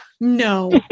No